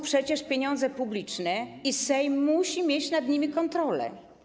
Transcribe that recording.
Przecież to są pieniądze publiczne i Sejm musi mieć nad nimi kontrolę.